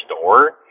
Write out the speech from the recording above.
store